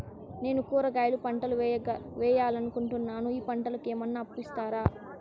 నేను కూరగాయల పంటలు వేయాలనుకుంటున్నాను, ఈ పంటలకు ఏమన్నా అప్పు ఇస్తారా?